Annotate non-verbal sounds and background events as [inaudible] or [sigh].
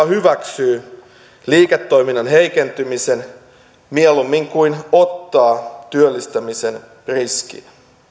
[unintelligible] hyväksyy liiketoiminnan heikentymisen mieluummin kuin ottaa työllistämisen riskin